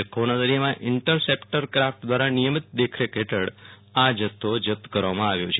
જખૌના દરિયામાં interceptor craft દ્રારા નિયમિત દેખરેખ આ જથ્થો જપ્ત કરવામાં આવ્યો છે